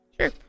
Sure